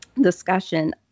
discussion